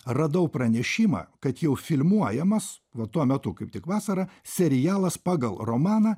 radau pranešimą kad jau filmuojamas va tuo metu kaip tik vasarą serialas pagal romaną